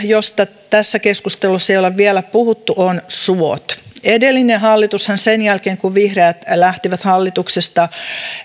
josta tässä keskustelussa ei olla vielä puhuttu ovat suot edellinen hallitushan sen jälkeen kun vihreät lähtivät hallituksesta